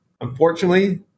Unfortunately